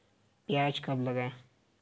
प्याज कब लगाएँ?